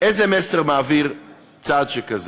איזה מסר מעביר צעד שכזה,